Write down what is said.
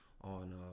on